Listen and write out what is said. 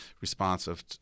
responsive